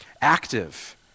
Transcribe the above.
active